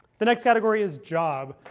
the next category is jobs.